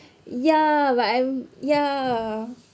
ya but I'm ya